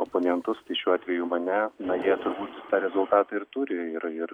oponentus šiuo atveju mane na jie turbūt tą rezultatą ir turi ir ir